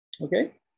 Okay